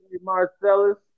Marcellus